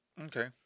Okay